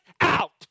out